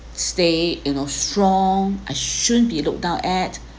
stay you know strong I shouldn't be looked down at